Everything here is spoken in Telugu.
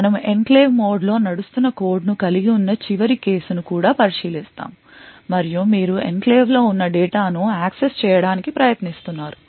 మనము ఎన్క్లేవ్ మోడ్లో నడుస్తున్న కోడ్ను కలిగి ఉన్న చివరి కేసు ను కూడా పరిశీలిస్తాము మరియు మీరు ఎన్క్లేవ్లో ఉన్న డేటా ను యాక్సెస్ చేయడానికి ప్రయత్నిస్తున్నారు